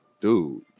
dude